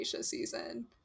season